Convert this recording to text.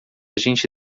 gente